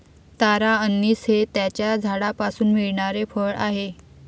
तारा अंनिस हे त्याच्या झाडापासून मिळणारे फळ आहे